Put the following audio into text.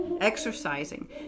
exercising